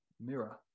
mirror